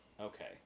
Okay